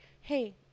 hey